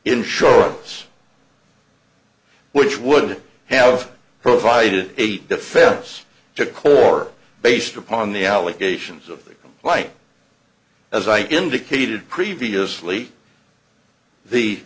insurance which would have provided eight defense to core based upon the allegations of like as i indicated previously the